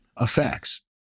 effects